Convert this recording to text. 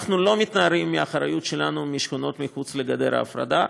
אנחנו לא מתנערים מהאחריות שלנו לשכונות שמחוץ לגדר ההפרדה,